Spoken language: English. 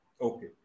Okay